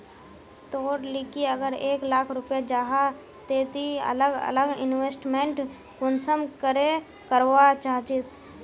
तोर लिकी अगर एक लाख रुपया जाहा ते ती अलग अलग इन्वेस्टमेंट कुंसम करे करवा चाहचिस?